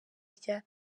rya